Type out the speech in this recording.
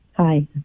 Hi